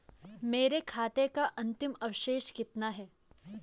मेरे खाते का अंतिम अवशेष कितना है?